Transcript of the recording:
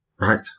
Right